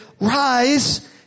rise